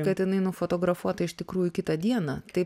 kad jinai nufotografuota iš tikrųjų kitą dieną tai